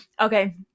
okay